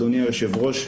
אדוני היושב-ראש,